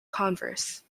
converse